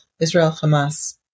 Israel-Hamas